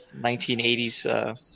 1980s